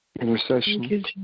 intercession